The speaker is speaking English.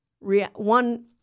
one